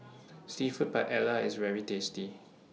Seafood Paella IS very tasty